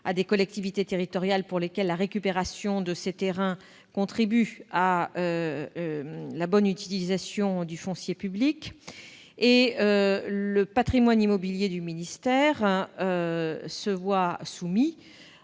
à des collectivités territoriales pour lesquelles la récupération de ces terrains contribue à la bonne utilisation du foncier public. Le patrimoine immobilier du ministère se voit soumis